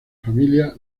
familia